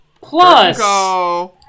Plus